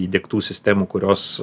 įdiegtų sistemų kurios